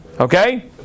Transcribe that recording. Okay